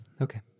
Okay